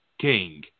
King